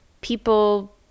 people